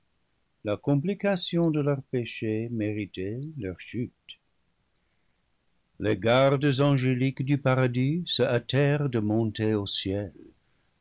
la complication de leur péché méritait leur chute les gardes angéliques du paradis se hâtèrent de monter au ciel